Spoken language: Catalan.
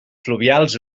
fluvials